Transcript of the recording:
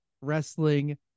Wrestling